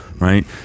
right